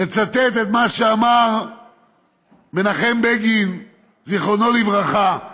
לצטט את מה שאמר מנחם בגין, זיכרונו לברכה.